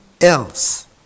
else